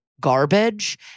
garbage